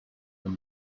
than